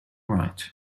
write